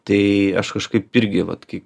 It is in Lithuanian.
tai aš kažkaip irgi vat kai